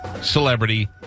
celebrity